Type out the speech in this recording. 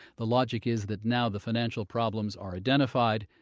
the logic is that now the financial problems are identified,